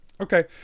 Okay